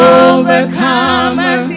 overcomer